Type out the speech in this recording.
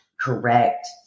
correct